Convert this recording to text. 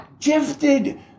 gifted